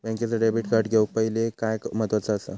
बँकेचा debit card घेउक पाहिले काय महत्वाचा असा?